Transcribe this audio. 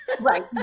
Right